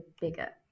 bigger